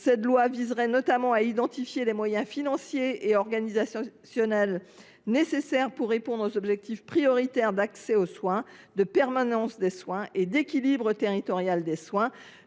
texte permettrait d’identifier les moyens financiers et organisationnels nécessaires pour répondre aux objectifs prioritaires d’accès aux soins, de permanence des soins et d’équilibre territorial de l’offre